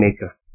Maker